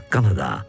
Canada